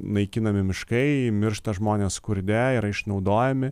naikinami miškai miršta žmonės skurde yra išnaudojami